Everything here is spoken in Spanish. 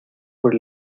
por